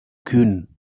kühn